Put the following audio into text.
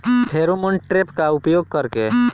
Pheromone trap का उपयोग कर के?